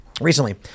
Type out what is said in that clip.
recently